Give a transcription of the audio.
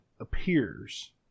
appears